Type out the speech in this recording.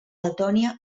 letònia